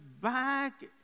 back